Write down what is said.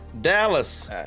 Dallas